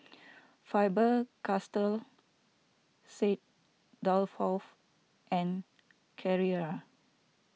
Faber Castell Saint Dalfour and Carrera